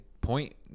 Point